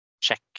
check